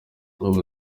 ubu